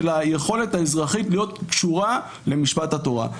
היכולת האזרחית להיות קשורה למשפט התורה.